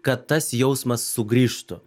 kad tas jausmas sugrįžtų